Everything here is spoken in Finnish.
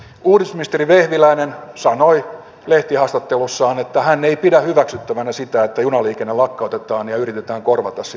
uudistusministeri vehviläinen sanoi lehtihaastattelussaan että hän ei pidä hyväksyttävänä sitä että junaliikenne lakkautetaan ja yritetään korvata sitten bussivuoroilla